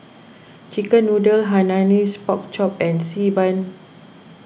Chicken Noodles Hainanese Pork Chop and Xi Ban